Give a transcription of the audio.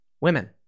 women